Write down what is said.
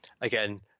Again